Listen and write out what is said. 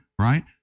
right